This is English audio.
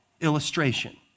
illustration